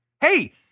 hey